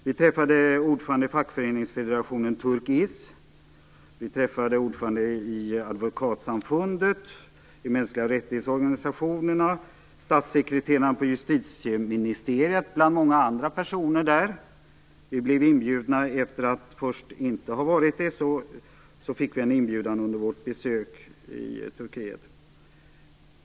Vi träffade också ordföranden i fackföreningsfederationen Türk-Is, ordföranden i advokatsamfundet, ordföranden i organisationen för mänskliga rättigheter och statssekreteraren på justitieministeriet, bland många andra personer där. Efter att först inte ha varit inbjudna fick vi en inbjudan under vårt besök i Turkiet.